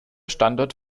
standort